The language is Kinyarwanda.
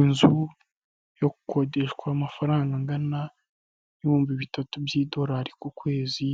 Inzu yo gukodeshwa amafaranga angana n'ibihumbi bitatu by'idolari ku kwezi,